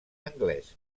anglès